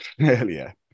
earlier